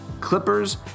clippers